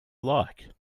like